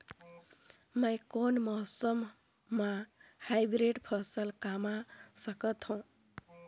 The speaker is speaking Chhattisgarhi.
मै कोन मौसम म हाईब्रिड फसल कमा सकथव?